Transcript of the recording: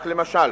רק למשל,